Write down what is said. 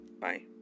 bye